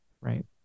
right